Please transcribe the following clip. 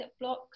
blocks